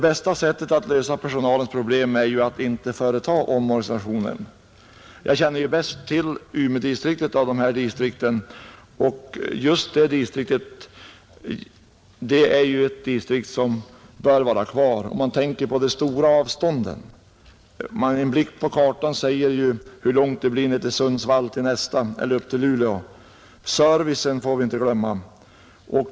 Bästa sättet att lösa personalproblem är ju att inte företa omorganisationen. Av här berörda distrikt känner jag bäst till Umeådistriktet och just det bör vara kvar med tanke på de stora avstånden, En blick på kartan säger hur långt det blir till Sundsvall eller upp till Luleå. Servicen får vi inte glömma.